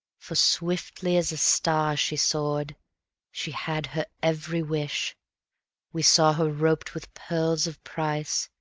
for swiftly as a star she soared she had her every wish we saw her roped with pearls of price,